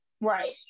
Right